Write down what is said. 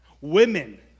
Women